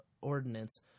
ordinance